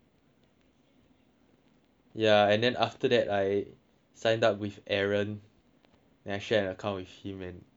ya and then after that I signed up with aaron then I shared a account with him and yorden